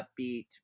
Upbeat